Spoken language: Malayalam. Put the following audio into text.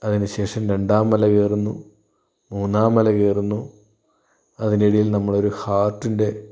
അതിനു ശേഷം രണ്ടാം മല കയറുന്നു മൂന്നാം മല കയറുന്നു അതിനിടയിൽ നമ്മൾ ഒരു ഹാർട്ടിൻ്റെ